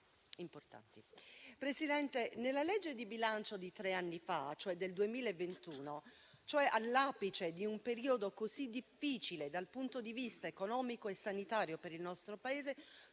Presidente, nella legge di bilancio di tre anni fa, cioè del 2021, all'apice di un periodo così difficile dal punto di vista economico e sanitario per il nostro Paese,